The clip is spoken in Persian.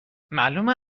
معلومه